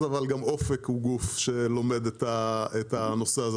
אבל גם אופק הוא גוף שלומד את הנושא הזה.